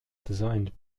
designed